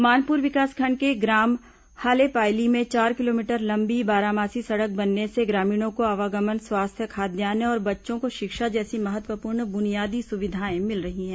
मानपुर विकासखंड के ग्राम हालेपायली में चार किलोमीटर लंबी बारामासी सड़क बनने से ग्रामीणों को आवागमन स्वास्थ्य खाद्यान्न और बच्चों को शिक्षा जैसी महत्वपूर्ण बुनियादी सुविधाएं मिल रही हैं